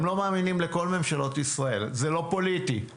הם לא מאמינים לכל ממשלות ישראל, זה לא פוליטי,